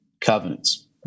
covenants